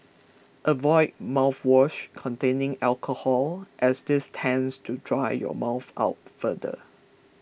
avoid mouthwash containing alcohol as this tends to dry your mouth out further